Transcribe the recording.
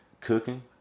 cooking